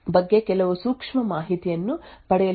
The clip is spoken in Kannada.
ಬಲಿಪಶುವಿನ ಬಗ್ಗೆ ಕೆಲವು ಸೂಕ್ಷ್ಮ ಮಾಹಿತಿಯನ್ನು ಪಡೆಯಲು